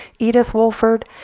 edith wolford,